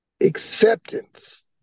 Acceptance